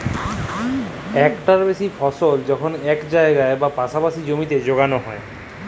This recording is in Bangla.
ইকটার বেশি ফসল যখল ইক জায়গায় বা পাসাপাসি জমিতে যগাল হ্যয়